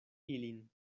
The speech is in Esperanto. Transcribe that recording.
ilin